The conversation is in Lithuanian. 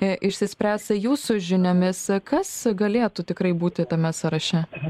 išsispręs jūsų žiniomis kas galėtų tikrai būti tame sąraše